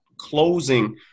closing